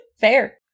fair